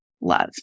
love